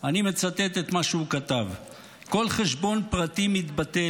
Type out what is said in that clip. אני מצטט את מה שהוא כתב: "כל חשבון פרטי מתבטל,